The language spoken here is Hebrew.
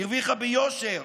היא הרוויחה ביושר